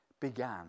began